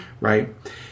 Right